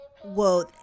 whoa